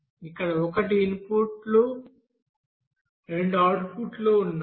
ఇక్కడ ఒకటి ఇన్పుట్ రెండు అవుట్పుట్లు ఉన్నాయి